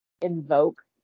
invoke